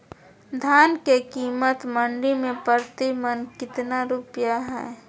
धान के कीमत मंडी में प्रति मन कितना रुपया हाय?